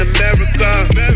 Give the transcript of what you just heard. America